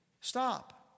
Stop